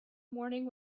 morning